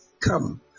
come